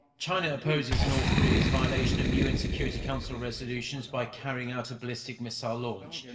china opposes north korea's violation of un security council resolutions by carrying out a ballistic missile launch.